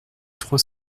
trois